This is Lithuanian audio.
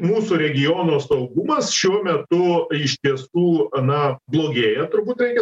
mūsų regiono saugumas šiuo metu iš tiesų na blogėja turbūt reikia